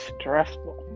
stressful